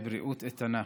ובריאות איתנה.